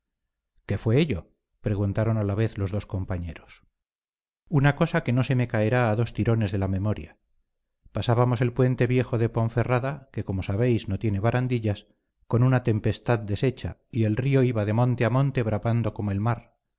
qué fue ello preguntaron a la vez los dos compañeros una cosa que no se me caerá a dos tirones de la memoria pasábamos el puente viejo de ponferrada que como sabéis no tiene barandillas con una tempestad deshecha y el río iba de monte a monte bramando como el mar